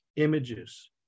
images